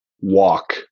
walk